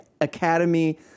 academy